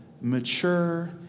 mature